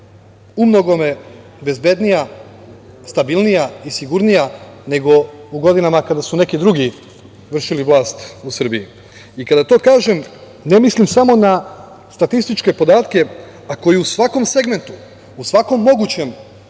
u mnogome bezbednija, stabilnija i sigurnija nego u godinama kada su neki drugih vršili vlast u Srbiji. Kada to kažem, ne mislim samo na statističke podatke, a koji u svakom segmentu, u svakom mogućem